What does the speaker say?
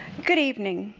good evening,